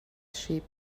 sheep